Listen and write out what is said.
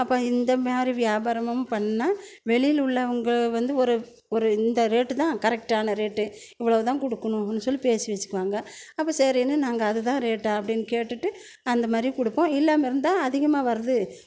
அப்புறம் இந்த மாதிரி வியாபாரமும் பண்ணால் வெளியில் உள்ளவங்க வந்து ஒரு ஒரு இந்த ரேட்டுதான் கரெக்டான ரேட்டு இவ்வளவுதான் குடுக்கணும்னு சொல்லி பேசி வச்சுக்குவாங்க அப்போ சரின்னு நாங்கள் அதுதான் ரேட்டா அப்படின்னு கேட்டுட்டு அந்த மாதிரி கொடுப்போம் இல்லாமல் இருந்தால் அதிகமாக வருது